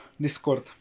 Discord